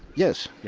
yes.